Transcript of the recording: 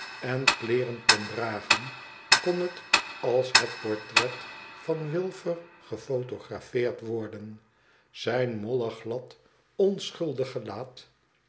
en kleeren kon dragen kon het als het portret van wilfer gephotographeerd worden zijn mollig glad onschuldig gelaat